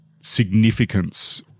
significance